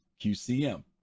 QCM